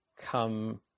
come